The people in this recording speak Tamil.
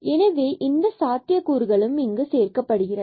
எனவே இந்த சாத்தியக்கூறுகளும் இங்கு சேர்க்கப்படுகிறது